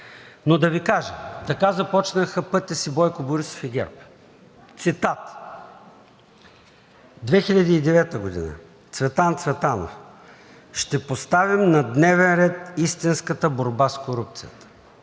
но да Ви кажа – така започнаха пътя си Бойко Борисов и ГЕРБ. Цитат на Цветан Цветанов, 2009 г.: „Ще поставим на дневен ред истинската борба с корупцията.“;